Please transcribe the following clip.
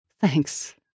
Thanks